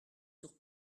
sur